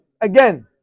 again